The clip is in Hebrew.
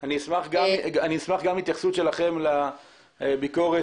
זה שבית המשפט מתעלם מ-88% או 92% מהמקרים אני חושב שבית המשפט